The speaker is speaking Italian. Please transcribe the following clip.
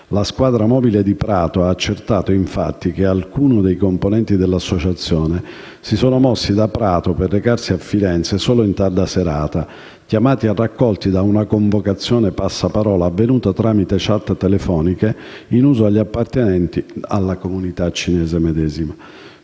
La squadra mobile di Prato ha accertato, infatti, che alcuni dei componenti dell'associazione si sono mossi da Prato per recarsi a Firenze solo in tarda serata, chiamati a raccolta da una convocazione basata sul passaparola, avvenuta tramite *chat* telefoniche in uso agli appartenenti alla medesima